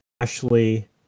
ashley